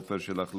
עפר שלח,